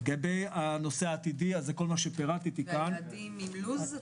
יש יעדים עם לו"ז?